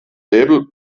label